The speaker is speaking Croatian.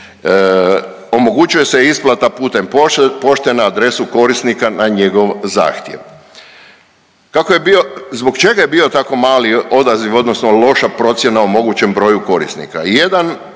Omogućuje se isplata putem pošte na adresu korisnika na njegov zahtjev. Kako je bio, zbog čega je bio tako mali odaziv odnosno loša procjena o mogućem broju korisnika?